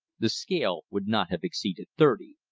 the scale would not have exceeded thirty.